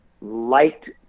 liked